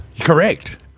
Correct